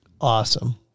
awesome